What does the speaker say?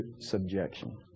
subjection